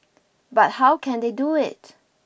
but how can they do it